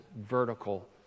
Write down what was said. vertical